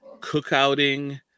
cookouting